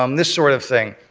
um this sort of thing.